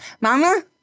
Mama